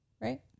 Right